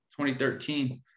2013